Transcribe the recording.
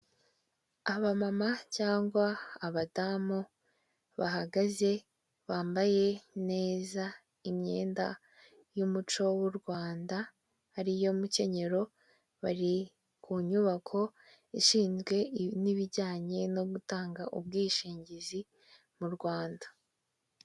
Abamama cyangwa abadamu bahagaze bambaye neza, imyenda y'umuco w'u Rwanda ariyo mikenyero, bari ku nyubako ishinzwe n'ibijyanye no gutanga ubwishingizi mu Rwanda